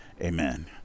amen